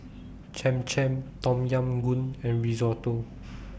Cham Cham Tom Yam Goong and Risotto